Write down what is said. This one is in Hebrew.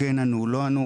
כן ענו לא ענו.